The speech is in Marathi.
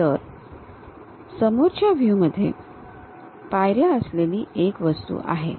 तर समोरच्या व्ह्यू मध्ये पायऱ्या असलेली एक वस्तू आहे